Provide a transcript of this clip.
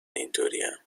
اینطوریم